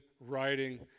writing